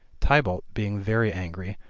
tybalt, being very angry,